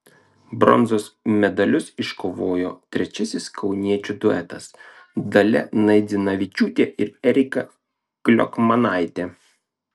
bronzos medalius iškovojo trečiasis kauniečių duetas dalia naidzinavičiūtė ir erika kliokmanaitė